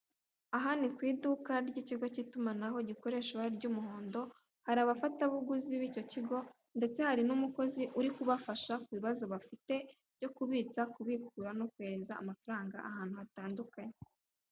Aha ni ku iduka ry'ikigo k'itumanaho gikoresha ibara ry'umuhondo, hari abafatabuguzi b'icyo kigo ndetse hari n'umukozi uri kubafasha ku bibazo bafite byo kubitsa, kubikura no kohereza amafaranga ahantu hatandukanye.